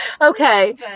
Okay